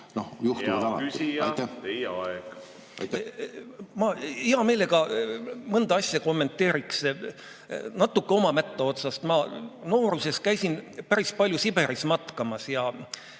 hea meelega mõnda asja kommenteeriks natuke oma mätta otsast. Ma nooruses käisin päris palju Siberis matkamas.